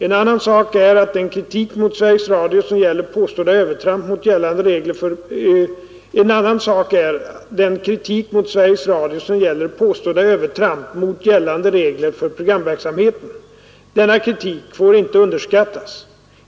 En annan sak är den kritik mot Sveriges Radio som gäller påstådda övertramp mot gällande regler för programverksamheten. Denna kritik får inte underskattas.